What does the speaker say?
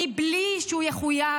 מבלי שהוא יחויב